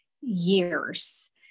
years